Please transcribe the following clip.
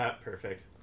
Perfect